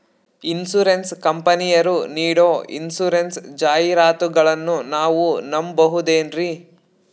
Insurance ಕಂಪನಿಯರು ನೀಡೋ insurance ಜಾಹಿರಾತುಗಳನ್ನು ನಾವು ನಂಬಹುದೇನ್ರಿ?